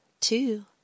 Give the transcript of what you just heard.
two